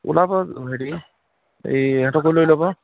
ওলাব হেৰি এই ইহঁতকো লৈ ল'ব